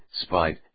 spite